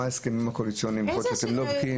מה ההסכמים הקואליציוניים -- איזה הסכמים?